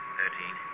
thirteen